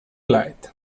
light